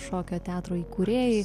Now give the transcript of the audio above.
šokio teatro įkūrėjai